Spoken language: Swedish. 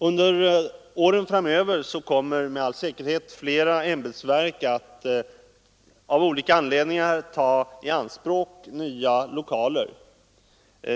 Under åren framöver kommer med all säkerhet flera ämbetsverk att av olika anledningar ta i anspråk nya lokaler.